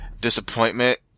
disappointment